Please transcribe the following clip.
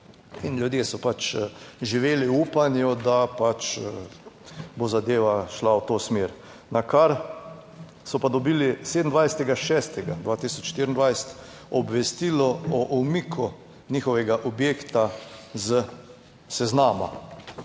in ljudje so pač živeli v upanju, da bo zadeva šla v to smer, na kar so pa dobili 27. 6. 2024 obvestilo o umiku njihovega objekta s seznama.